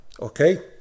Okay